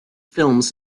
films